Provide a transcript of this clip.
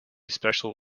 special